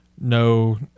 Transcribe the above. No